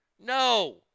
No